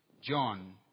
John